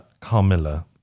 Carmilla